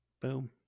Boom